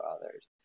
others